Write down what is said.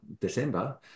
December